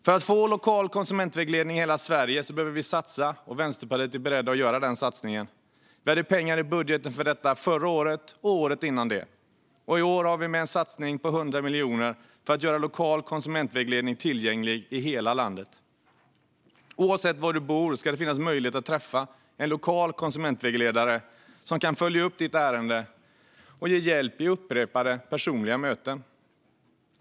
För att få lokal konsumentvägledning i hela Sverige behöver vi satsa, och Vänsterpartiet är berett att göra denna satsning. Vi hade pengar i budgeten för detta förra året och året innan det. Och i år har vi med en satsning på 100 miljoner kronor för att göra lokal konsumentvägledning tillgänglig i hela landet. Oavsett var du bor ska det finnas möjlighet att träffa en lokal konsumentvägledare som kan följa upp ditt ärende och ge hjälp vid upprepade personliga möten.